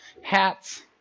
hats